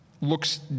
looks